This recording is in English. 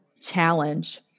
challenge